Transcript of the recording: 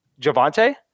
Javante